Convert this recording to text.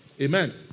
Amen